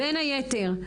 בין היתר,